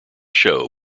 show